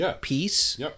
peace